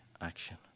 action